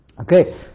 Okay